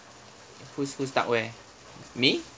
who's who stuck where me